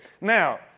Now